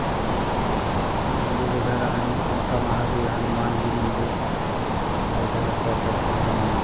शीतला माँ माता मंदिर इधर हनु औंता महावीर हनुमान जी मंदिर इधर क्या कहते हैं